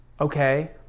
okay